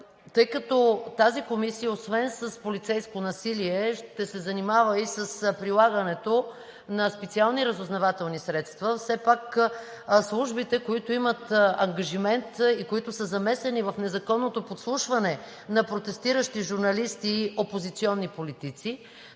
тъй като тази комисия, освен с полицейско насилие, ще се занимава и с прилагането на специални разузнавателни средства. Все пак службите, които имат ангажимент и които са замесени в незаконното подслушване на протестиращи журналисти и опозиционни политици,